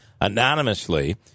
anonymously